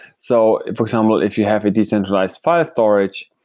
so for example if you have a decentralized file storage,